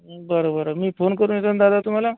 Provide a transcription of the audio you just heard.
बरं बरं मी फोन करून येतो न दादा तुम्हाला